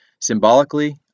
symbolically